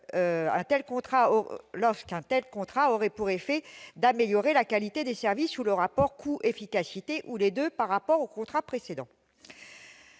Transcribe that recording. Lorsqu'un tel contrat aurait pour effet d'améliorer la qualité des services ou le rapport coût-efficacité, ou les deux, par rapport au précédent